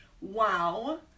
Wow